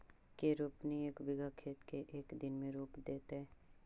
के रोपनी एक बिघा खेत के एक दिन में रोप देतै?